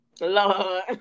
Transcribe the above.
Lord